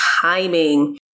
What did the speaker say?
timing